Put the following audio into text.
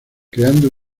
creando